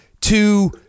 to-